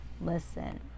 Listen